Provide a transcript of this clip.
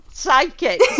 Psychic